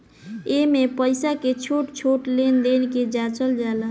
एइमे पईसा के छोट छोट लेन देन के जाचल जाला